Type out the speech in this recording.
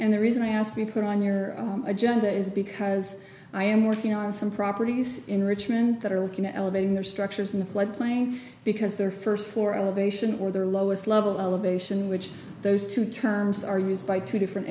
and the reason i ask you put on your agenda is because i am working on some properties in richmond that are looking at elevating their structures in the flood plain because their first floor elevation or their lowest level elevation which those two terms are used by two different